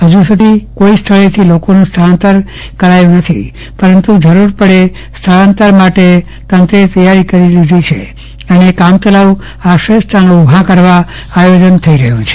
ફજી સુધી કોઈ સ્થળેથી લોકોનું સ્થળાંતર કરાયું નથી પરંતુ જરૂર પડવે સ્થળાંતર માટે તંત્રે તૈયારી કરી લીધી છે અને કામચલાઉ આશ્રય સ્થાનો ઉભા કરવા આયોજન થઇ રહ્યું છે